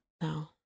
No